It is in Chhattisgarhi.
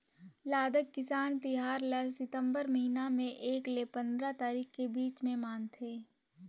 लद्दाख किसान तिहार ल सितंबर महिना में एक ले पंदरा तारीख के बीच में मनाथे